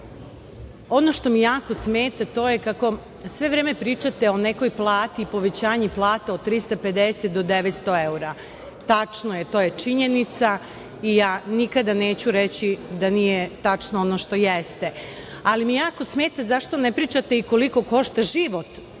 što mi jako smeta to je kako sve vreme pričate o nekoj plati, povećanju plata od 350 do 900 evra. Tačno je, to je činjenica i ja nikada neću reći da nije tačno ono što jeste, ali mi jako smeta zašto ne pričate i koliko košta život